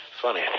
funny